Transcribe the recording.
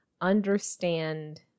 understand